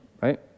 right